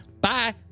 Bye